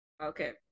Okay